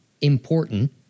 important